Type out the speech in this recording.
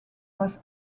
was